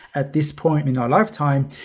at this point in our lifetime,